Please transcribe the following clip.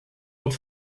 have